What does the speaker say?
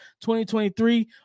2023